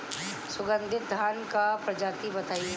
सुगन्धित धान क प्रजाति बताई?